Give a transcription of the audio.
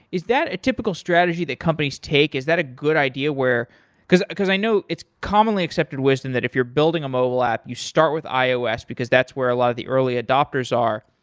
is that a typical strategy the companies take? is that a good idea where because because i know it's commonly accepted wisdom that if you're building a mobile app, you start with ios because that's where a lot of the early adopters are.